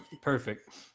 perfect